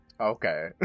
okay